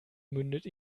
mündet